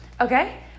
okay